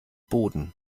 boden